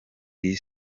the